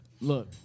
Look